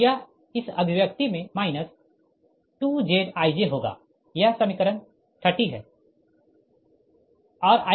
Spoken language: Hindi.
तो यह इस अभिव्यक्ति में माइनस 2Zij होगा यह समीकरण 30 है